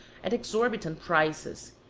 at exorbitant prices,